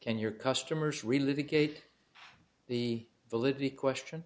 can your customers really the gate the ability question